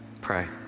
pray